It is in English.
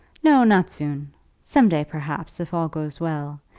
no, not soon some day, perhaps, if all goes well.